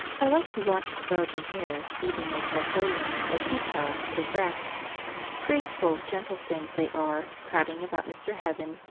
i like to watch the belgian hares eating their trifolium or pea-pods or grass graceful, gentle things they are, crowding about mr. heaven,